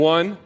One